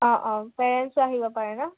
অঁ অঁ পেৰেণ্টছো আহিব পাৰে ন